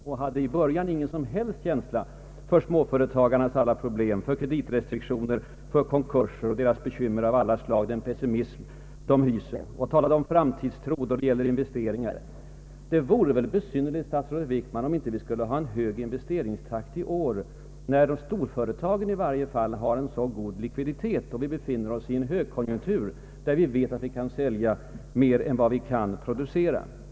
Han hade i början ingen som helst känsla för småföretagarnas alla problem, för kreditrestriktioner, för konkurser och deras bekymmer av alla slag, all den pessimism de hyser. Han talade om framtidstro då det gäller investeringar. Det vore besynnerligt, statsrådet Wickman, om vi inte skulle ha en hög investeringstakt i år, när i varje fall storföretagen har god likviditet och vi befinner oss i en högkonjunktur, där vi vet att vi kan sälja mer än vad vi kan producera.